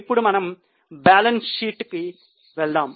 ఇప్పుడు మనము balance sheet కు వెళ్దాం